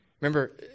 Remember